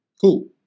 Cool